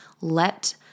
let